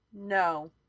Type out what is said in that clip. No